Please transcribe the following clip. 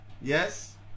Yes